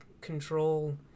control